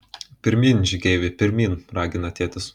pirmyn žygeivi pirmyn ragina tėtis